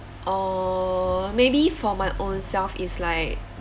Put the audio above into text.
uh maybe for my own self is like